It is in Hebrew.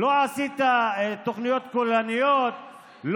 לא עשית תוכניות כוללניות,